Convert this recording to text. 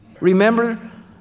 Remember